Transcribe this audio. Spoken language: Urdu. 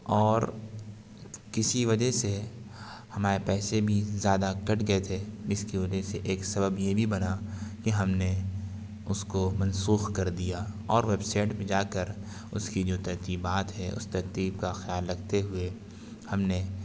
اور کسی وجہ سے ہمارے پیسے بھی زیادہ کٹ گئے تھے جس کی وجہ سے ایک سبب یہ بھی بنا کہ ہم نے اس کو منسوخ کردیا اور ویب سائٹ پہ جا کر اس کی جو ترتیبات ہے اس ترتیب کا خیال رکھتے ہوئے ہم نے